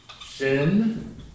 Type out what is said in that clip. sin